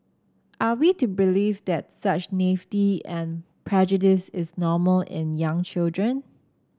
are we to believe that such naivety and prejudice is normal in young children